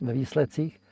výsledcích